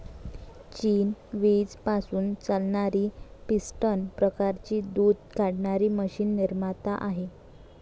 चीन वीज पासून चालणारी पिस्टन प्रकारची दूध काढणारी मशीन निर्माता आहे